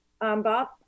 Bob